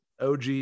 OG